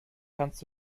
kannst